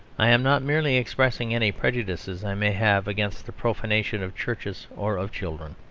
i am not merely expressing any prejudices i may have against the profanation of churches or of children.